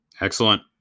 Excellent